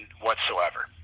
whatsoever